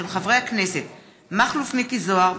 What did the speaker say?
של חברי הכנסת מכלוף מיקי זוהר,